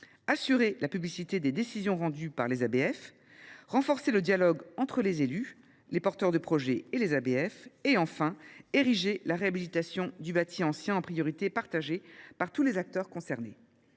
assurer la publicité des décisions rendues par les ABF ; renforcer le dialogue entre les élus, les porteurs de projet et les ABF ; et enfin, ériger la réhabilitation du bâti ancien en priorité partagée par tous les acteurs concernés.